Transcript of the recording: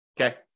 okay